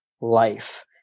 life